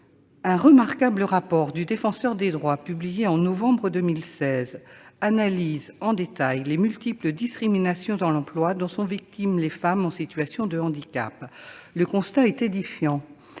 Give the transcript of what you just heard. Un remarquable rapport du Défenseur des droits, publié en novembre 2016, analyse en détail les multiples discriminations dans l'emploi dont sont victimes les femmes en situation de handicap. Le constat est édifiant.